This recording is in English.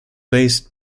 based